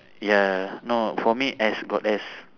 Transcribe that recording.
ya no for me S got S